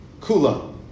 kula